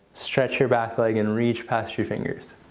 stretch your back leg and reach past your fingers.